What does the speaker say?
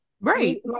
right